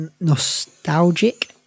nostalgic